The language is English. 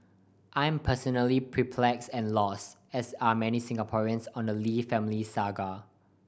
I'm personally perplexed and lost as are many Singaporeans on the Lee family saga